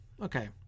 okay